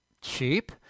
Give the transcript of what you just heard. cheap